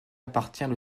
appartient